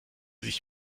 sich